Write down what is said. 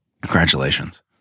Congratulations